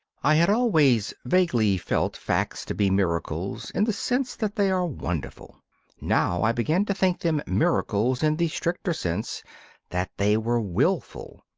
i had always vaguely felt facts to be miracles in the sense that they are wonderful now i began to think them miracles in the stricter sense that they were wilful.